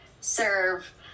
serve